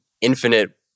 infinite